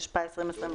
התשפ"א-2021,